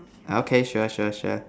okay sure sure sure